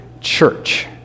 church